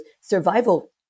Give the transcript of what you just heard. survival